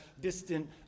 distant